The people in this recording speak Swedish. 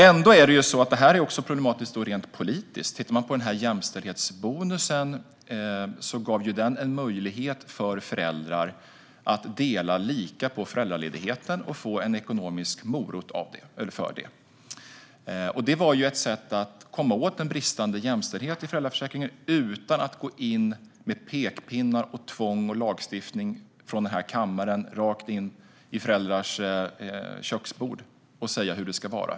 För det andra är det här problematiskt rent politiskt. Jämställdhetsbonusen gav en möjlighet för föräldrar att dela lika på föräldraledigheten och få en ekonomisk morot för det, vilket var ett sätt att komma åt en bristande jämställdhet i föräldraförsäkringen utan att gå in med pekpinnar, tvång och lagstiftning från kammaren rakt in till familjers köksbord och säga hur det ska vara.